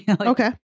okay